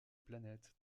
planète